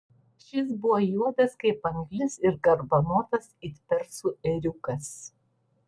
šis buvo juodas kaip anglis ir garbanotas it persų ėriukas